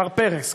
מר פרס,